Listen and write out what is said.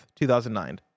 2009